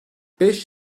beş